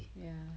ya